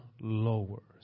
lowers